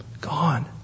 gone